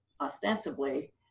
ostensibly